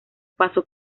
paso